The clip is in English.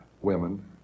women